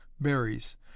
berries